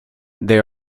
they